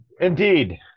indeed